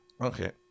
Okay